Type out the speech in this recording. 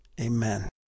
Amen